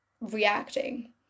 reacting